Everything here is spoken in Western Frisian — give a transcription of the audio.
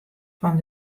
fan